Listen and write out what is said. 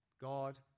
God